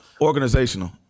organizational